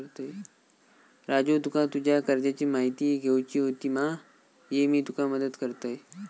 राजू तुका तुज्या कर्जाची म्हायती घेवची होती मा, ये मी तुका मदत करतय